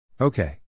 Okay